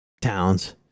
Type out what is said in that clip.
towns